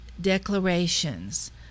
declarations